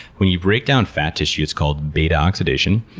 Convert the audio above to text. when you break down fat tissue, it's called beta oxidation.